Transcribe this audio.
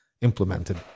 implemented